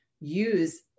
use